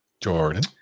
Jordan